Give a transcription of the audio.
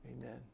Amen